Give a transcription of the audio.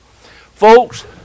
Folks